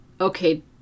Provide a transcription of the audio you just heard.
okay